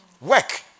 Work